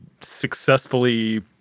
successfully